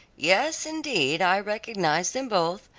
yes, indeed, i recognized them both,